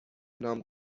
نام